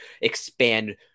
expand